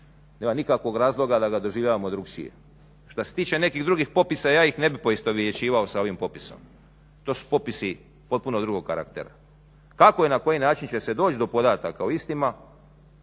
Nema nikakvog razloga da ga doživljavamo drugačije. Što se tiče nekih drugih popisa ja ih ne bi poistovjećivao sa ovim popisom. To su popisi potpuno drugog karaktera. Kako i na koji način se doći do podataka u istima